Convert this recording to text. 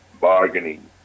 bargaining